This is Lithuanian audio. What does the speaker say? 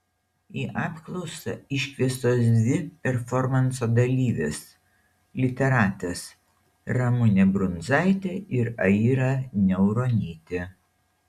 į apklausą iškviestos dvi performanso dalyvės literatės ramunė brunzaitė ir aira niauronytė